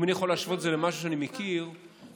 אם אני יכול להשוות את זה למשהו שאני מכיר ויודע,